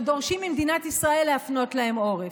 דורשים ממדינת ישראל להפנות להם עורף.